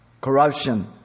Corruption